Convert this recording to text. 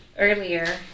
earlier